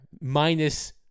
minus